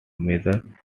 major